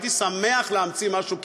הייתי שמח להמציא משהו,